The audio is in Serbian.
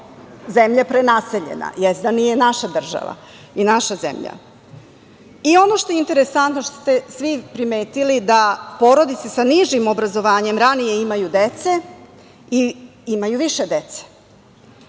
zemlja prenaseljena, jeste da nije naša država i naša zemlja. Ono što je interesantno i što ste svi primetili, jeste da porodice sa nižim obrazovanjem ranije imaju decu i imaju više dece.